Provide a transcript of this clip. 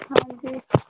ਹਾਂਜੀ